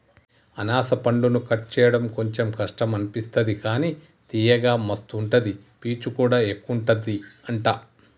అనాస పండును కట్ చేయడం కొంచెం కష్టం అనిపిస్తది కానీ తియ్యగా మస్తు ఉంటది పీచు కూడా ఎక్కువుంటది అంట